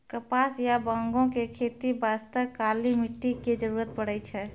कपास या बांगो के खेती बास्तॅ काली मिट्टी के जरूरत पड़ै छै